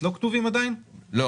אינה